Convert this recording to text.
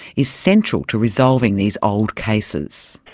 is central to resolving these old cases.